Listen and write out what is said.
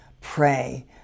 pray